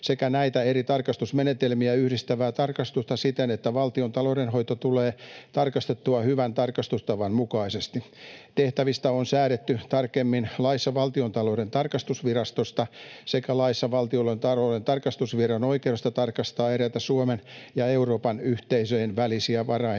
sekä näitä eri tarkastusmenetelmiä yhdistävää tarkastusta siten, että valtion taloudenhoito tulee tarkastettua hyvän tarkastustavan mukaisesti. Tehtävistä on säädetty tarkemmin laissa valtiontalouden tarkastusvirastosta sekä laissa valtiontalouden tarkastusviraston oikeudesta tarkastaa eräitä Suomen ja Euroopan yhteisöjen välisiä varainsiirtoja.